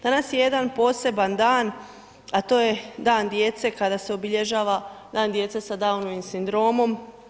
Danas je jedan poseban dan, a to je dan djece kada se obilježava Dan djece za Downovim sindromom.